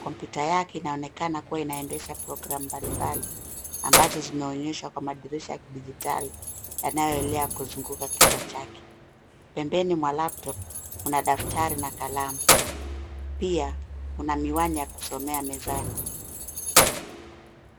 Kompyuta yake inaonekana kuwa inaendesha programu mbalimbali ambazo zimeonyeshwa kwa madirisha ya kidijitali yanayoelea kuzunguka kichwa chake. Pembeni mwa laptop kuna daftari na kalamu. Pia kuna miwani ya kusomea mezani.